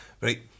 right